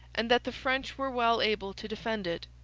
and that the french were well able to defend it.